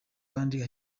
kandi